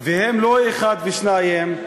והם לא אחד או שניים,